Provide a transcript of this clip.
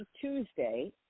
tuesday